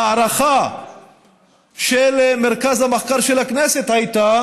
ההערכה של מרכז המחקר של הכנסת הייתה